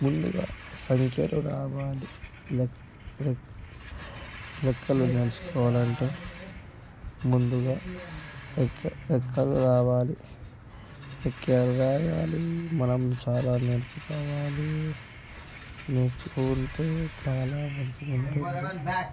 ముందుగా సంఖ్యలు రావాలి లె లె లెక్కలు నేర్చుకోవాలి అంటే ముందుగా ఎక్క ఎక్కాలు రావాలి ఎక్కాలు రావాలి మనం చాలా నేర్చుకోవాలి నేర్చుకుంటు చాలా మంచి మంచిగా